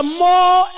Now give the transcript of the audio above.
more